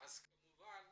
כמובן